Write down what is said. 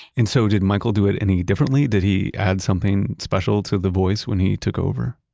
and so did michael do it any differently? did he add something special to the voice when he took over?